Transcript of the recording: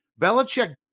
Belichick